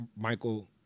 Michael